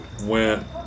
went